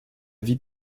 vie